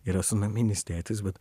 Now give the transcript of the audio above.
ir esu naminis tėtis bet